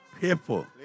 people